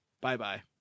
bye-bye